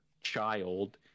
child